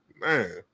man